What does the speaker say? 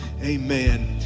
Amen